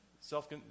Self